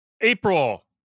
April